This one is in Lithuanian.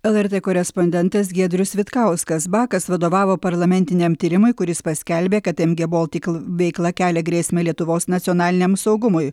lrt korespondentas giedrius vitkauskas bakas vadovavo parlamentiniam tyrimui kuris paskelbė kad mg baltic veikla kelia grėsmę lietuvos nacionaliniam saugumui